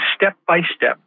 step-by-step